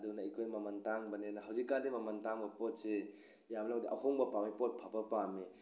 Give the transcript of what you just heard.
ꯑꯗꯨꯅ ꯑꯩꯈꯣꯏ ꯃꯃꯜ ꯇꯥꯡꯕꯅꯤꯅ ꯍꯧꯖꯤꯛ ꯀꯥꯟꯗꯤ ꯃꯃꯜ ꯇꯥꯡꯕ ꯄꯣꯠꯁꯦ ꯌꯥꯝ ꯂꯧꯗꯦ ꯑꯍꯣꯡꯕ ꯄꯥꯝꯃꯤ ꯄꯣꯠ ꯐꯕ ꯄꯥꯝꯃꯤ